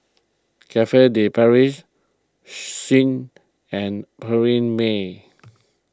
Cafe De Paris Schick and Perllini Mel